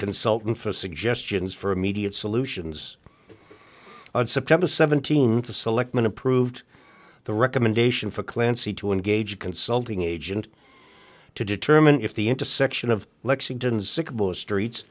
consultant for suggestions for immediate solutions on september th the selectmen approved the recommendation for clancy to engage consulting agent to determine if the intersection of lexington's streets